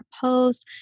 post